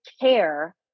CARE